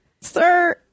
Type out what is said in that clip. Sir